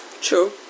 True